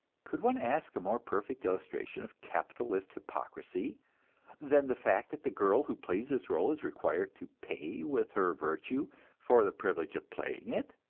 could one ask a more perfect illustration of capitalist hypocrisy than the fact that the girl who plays this role is required to pay with her virtue for the privilege of playing it!